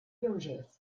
lleugers